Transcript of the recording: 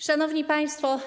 Szanowni Państwo!